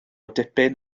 dipyn